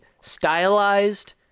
stylized